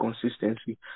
consistency